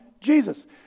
Jesus